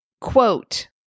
quote